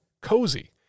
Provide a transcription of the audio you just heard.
cozy